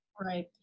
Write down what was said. Right